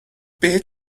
بهت